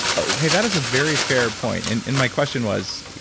hey, that is a very fair point. and and my question was,